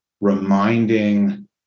reminding